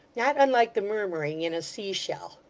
not unlike the murmuring in a sea-shell.